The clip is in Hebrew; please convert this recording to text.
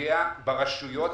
פוגע ברשויות,